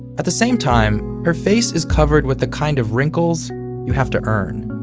at the same time, her face is covered with the kind of wrinkles you have to earn.